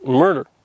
murder